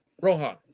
Rohan